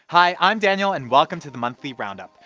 hi i'm daniel and welcome to the monthly roundup!